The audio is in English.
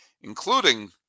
including